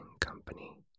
company